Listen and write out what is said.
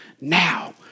now